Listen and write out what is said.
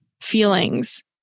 feelings